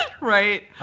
right